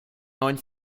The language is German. neuen